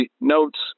notes